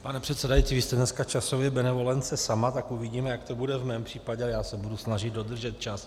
Pane předsedající, vy jste dneska časově benevolence sama, tak uvidíme, jak to bude v mém případě, ale já se budu snažit dodržet čas.